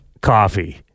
coffee